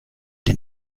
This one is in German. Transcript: den